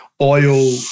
oil